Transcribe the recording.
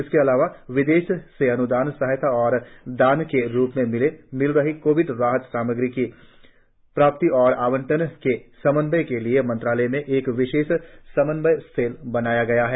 इसके अलावा विदेशों से अन्दान सहायता और दान के रूप में मिल रही कोविड राहत सामग्री की प्राप्ति और आवंटन के समन्वय के लिए मंत्रालय में एक विशेष समन्वय सेल बनाया गया है